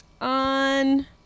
On